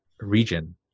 region